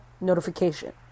notification